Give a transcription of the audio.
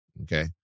Okay